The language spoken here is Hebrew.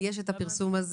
יש את הפרסום של